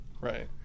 right